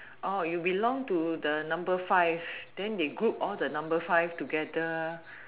you belong to the number five then they group all the number five together